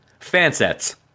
Fansets